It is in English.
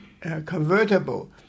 convertible